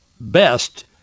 best